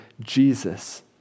Jesus